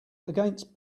against